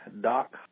Doc